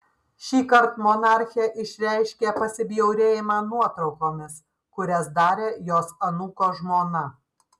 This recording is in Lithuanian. šįkart monarchė išreiškė pasibjaurėjimą nuotraukomis kurias darė jos anūko žmona